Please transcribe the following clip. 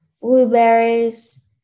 blueberries